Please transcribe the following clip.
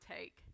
take